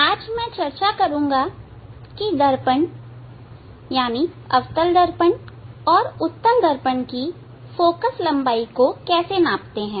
आज मैं यह चर्चा करूंगा कि दर्पणअवतल दर्पण और उत्तल दर्पण की फोकल लंबाई को कैसे मापते हैं